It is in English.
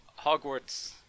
Hogwarts